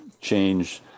change